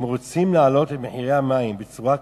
אם רוצים להעלות את מחירי המים בצורה כזאת,